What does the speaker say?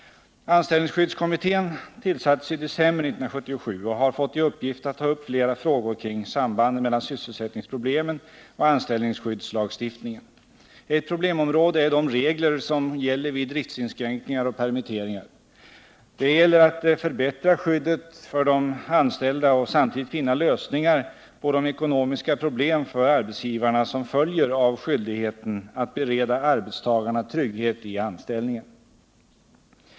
Anställningsskyddskommittén tillsattes i december 1977 och har fått i uppgift att ta upp flera frågor kring sambanden mellan sysselsättningsproblemen och anställningsskyddslagstiftningen. Ett problemområde är de regler som gäller vid driftsinskränkningar och permitteringar. Det gäller att förbättra skyddet för de anställda och samtidigt finna lösningar på de ekonomiska problem för arbetsgivarna som följer av skyldigheten att bereda arbetstagarna trygghet i anställningen.